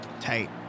Tight